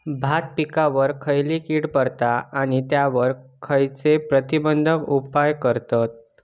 भात पिकांवर खैयची कीड पडता आणि त्यावर खैयचे प्रतिबंधक उपाय करतत?